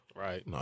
Right